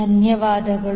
ಧನ್ಯವಾದಗಳು